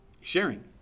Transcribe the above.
sharing